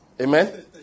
Amen